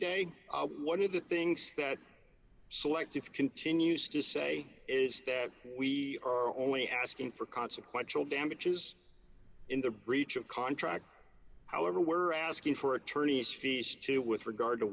day one of the things that selective continues to say is that we are only asking for consequential damages in the breach of contract however were asking for attorney's fees too with regard to